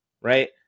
right